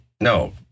No